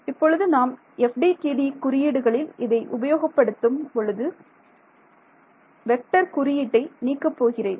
இப்பொழுது நாம் FDTD குறியீடுகளில் இதை உபயோகப் படுத்தும் நான் இப்பொழுது வெக்டர் குறியீட்டை நீக்கப் போகிறேன்